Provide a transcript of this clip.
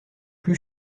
plus